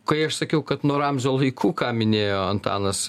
kai aš sakiau kad nuo ramzio laikų ką minėjo antanas